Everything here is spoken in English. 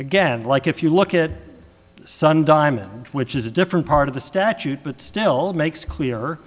again like if you look at sun diamond which is a different part of the statute but still makes clear